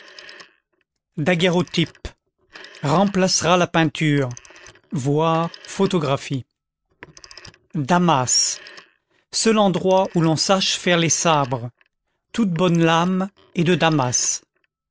daguerréotype remplacera la peinture v photographie damas seul endroit où l'on sache faire les sabres toute bonne lame est de damas